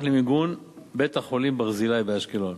למיגון בית-החולים "ברזילי" באשקלון.